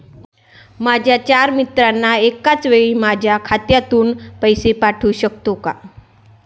माझ्या चार मित्रांना एकाचवेळी माझ्या खात्यातून पैसे पाठवू शकतो का?